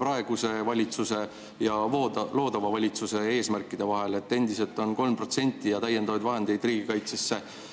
praeguse valitsuse ja loodava valitsuse eesmärkide vahel. Endiselt on 3% ja täiendavaid vahendeid riigikaitsesse